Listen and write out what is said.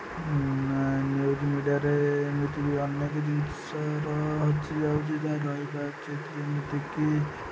news ମିଡ଼ିଆରେ ଏମିତି ବି ଅନେକ ଜିନିଷ ରହିଯାଉଛି ଯାହା ଯେମିତିକି